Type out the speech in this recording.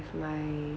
my